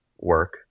work